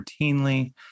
routinely